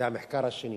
זה המחקר השני